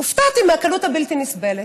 הופתעתי מהקלות הבלתי-נסבלת.